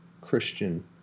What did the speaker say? Christian